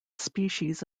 species